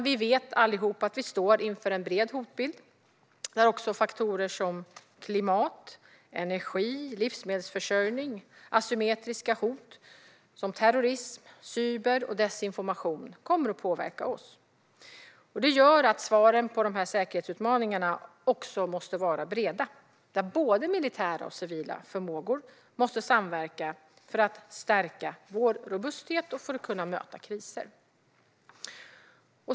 Vi vet allihop att vi står inför en bred hotbild där även faktorer som klimat, energi, livsmedelsförsörjning och asymmetriska hot, såsom terrorism, cyberattacker och desinformation, kommer att påverka oss. Det gör att svaren på säkerhetsutmaningarna också måste vara breda där både militära och civila förmågor samverkar för att stärka vår robusthet och kunna möta kriser.